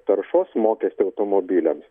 taršos mokestį automobiliams